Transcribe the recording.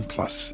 Plus